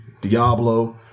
diablo